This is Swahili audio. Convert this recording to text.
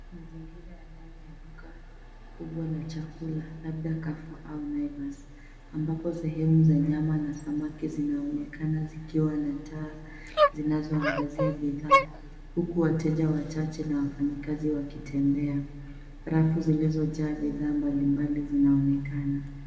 Mazingira ya ndani ya duka kubwa la chakula, labda Carefour au Naivas, ambapo sehemu za nyama na samaki zinaonekana zikiwa na taa zinazoangazia bidhaa huku wateja wachache na wafanyikazi wakitembea. Rafu zilizojaa bidhaa mbalimbali zinaonekana.